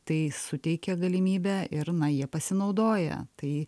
tai suteikia galimybę ir na jie pasinaudoja tai